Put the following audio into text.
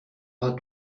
pas